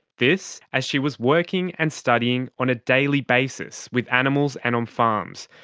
this as she was working and studying on a daily basis with animals and on farms,